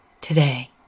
today